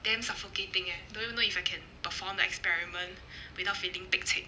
damn suffocating eh don't even know if I can perform the experiment without feeling pek cek